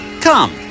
Come